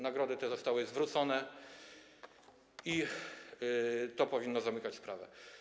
Nagrody te zostały zwrócone i to powinno zamykać sprawę.